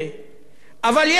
אבל יש אנשים שמעשנים.